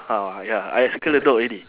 ah ya I circle the dog already